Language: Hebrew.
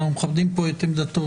ואנחנו מכבדים את עמדתו,